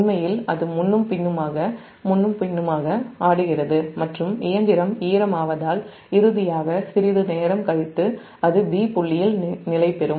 உண்மையில் அது முன்னும் பின்னுமாக ஆடுகிறது மற்றும் இயந்திரம் ஈரமாவதால் இறுதியாக சிறிது நேரம் கழித்து அது 'b' புள்ளியில் நிலைபெறும்